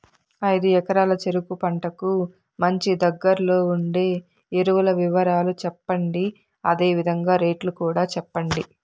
ఐదు ఎకరాల చెరుకు పంటకు మంచి, దగ్గర్లో ఉండే ఎరువుల వివరాలు చెప్పండి? అదే విధంగా రేట్లు కూడా చెప్పండి?